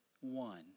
one